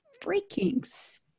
freaking